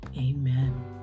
Amen